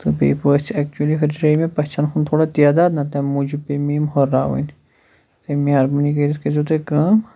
تہٕ بیٚیہِ باسہِ یہِ اٮ۪کچُلی ہُرِرٲوِ مےٚ پَژھٮ۪ن ہُنٛد تھوڑا تعداد نا تَمہِ موٗجوٗب پیٚیہِ مےٚ ہُرراوٕنۍ تہٕ مہربٲنی کٔرِتھ کٔرۍ زیو تُہۍ کٲم